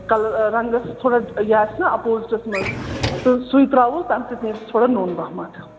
colour رنٛگَس تھوڑا یہِ آسہِ نَہ اپوزِٹَس منٛز تہٕ سُے ترٛاووس تَمہِ سۭتۍ نیرِ سُہ تھوڑا نوٚن پہمَتھ